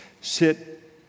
Sit